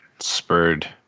spurred